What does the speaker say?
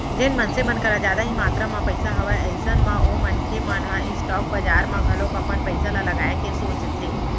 जेन मनसे मन कर जादा ही मातरा म पइसा हवय अइसन म ओ मनखे मन ह स्टॉक बजार म घलोक अपन पइसा ल लगाए के सोचथे